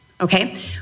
Okay